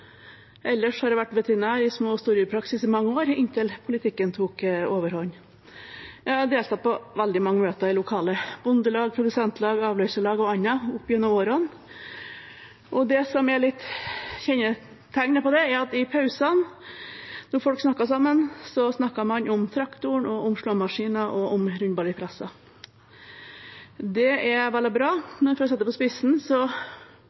Ellers har jeg vært veterinær i små- og stordyrpraksis i mange år, inntil politikken tok overhånd. Jeg har deltatt på veldig mange møter i lokale bondelag, produsentlag, avløyserlag og annet opp gjennom årene. Det som er litt kjennetegnet på det, er at når folk snakker sammen i pausene, snakker man om traktoren, om slåmaskinen og om rundballepressa. Det er vel og bra, men for å sette det på spissen syns jeg det er